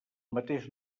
mateix